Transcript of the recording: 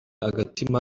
agatima